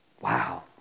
Wow